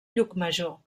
llucmajor